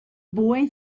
boy